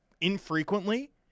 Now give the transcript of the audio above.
infrequently